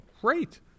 Great